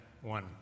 one